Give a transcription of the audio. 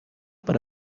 per